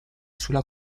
sulla